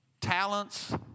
talents